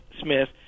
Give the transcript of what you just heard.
Smith